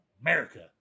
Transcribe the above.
America